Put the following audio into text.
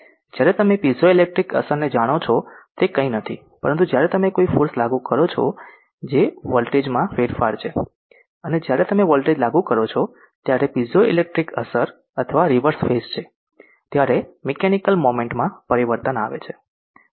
જ્યારે તમે પીઝોઇલેક્ટ્રિક અસરને જાણો છો તે કંઇ નથી પરંતુ જ્યારે તમે કોઈ ફોર્સ લાગુ કરો છો જે વોલ્ટેજ માં ફેરફાર છે અને જ્યારે તમે વોલ્ટેજ લાગુ કરો છો ત્યારે પીઝોઇલેક્ટ્રિક અસર અથવા રીવર્સ ફેઝ છે ત્યારે મીકેનીકલ મોમેન્ટ માં પરિવર્તન આવે છે